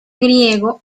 griego